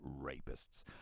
rapists